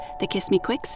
thekissmequicks